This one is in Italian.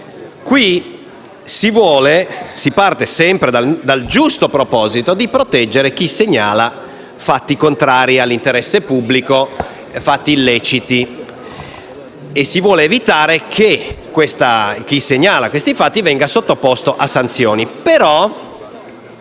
si parte sempre dal giusto proposito di proteggere chi segnala fatti contrari all'interesse pubblico e fatti illeciti e si vuole evitare che chi segnala tali fatti venga sottoposto a sanzioni.